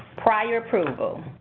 prior approval.